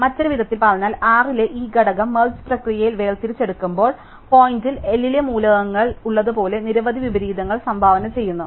മറ്റൊരു വിധത്തിൽ പറഞ്ഞാൽ R ലെ ഈ ഘടകം മെർജ് പ്രക്രിയയിൽ വേർതിരിച്ചെടുക്കുമ്പോൾ പോയിന്റിൽ L ലെ മൂലകങ്ങൾ ഉള്ളതുപോലെ നിരവധി വിപരീതഫലങ്ങൾ സംഭാവന ചെയ്യുന്നു